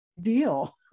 deal